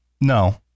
no